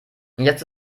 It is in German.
jetzt